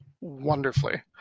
wonderfully